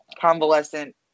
convalescent